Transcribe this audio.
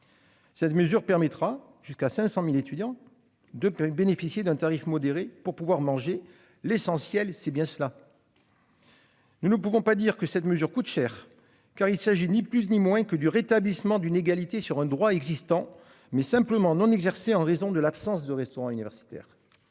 Cette mesure permettra jusqu'à 500.000 étudiants de paix bénéficier d'un tarif modéré pour pouvoir manger. L'essentiel c'est bien cela. Nous ne pouvons pas dire que cette mesure coûte cher car il s'agit ni plus ni moins que du rétablissement d'une égalité sur un droit existant mais simplement non exercer en raison de l'absence de restaurant universitaire.